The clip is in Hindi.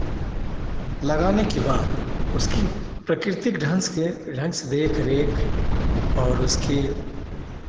लगाने के बाद उसकी प्राकृतिक ढंग से ढंग से देख रेख और उसकी